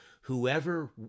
Whoever